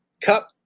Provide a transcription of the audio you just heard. Cup